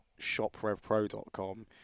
shoprevpro.com